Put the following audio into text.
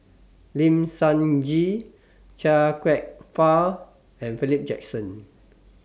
Lim Sun Gee Chia Kwek Fah and Philip Jackson